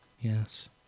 Yes